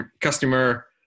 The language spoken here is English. customer